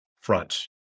front